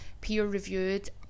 peer-reviewed